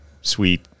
sweet